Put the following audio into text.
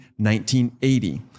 1980